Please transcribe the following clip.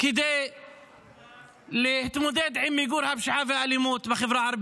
כדי להתמודד עם מיגור הפשיעה והאלימות בחברה הערבית.